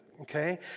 okay